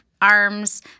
arms